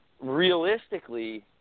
realistically